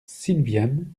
silviane